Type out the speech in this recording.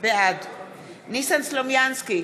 בעד ניסן סלומינסקי,